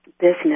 business